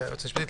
ליועצת המשפטית,